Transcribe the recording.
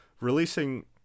releasing